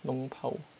龙袍